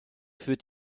führt